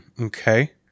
Okay